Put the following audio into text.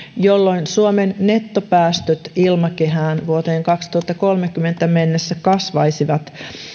jolloin suomen nettopäästöt ilmakehään vuoteen kaksituhattakolmekymmentä mennessä kasvaisivat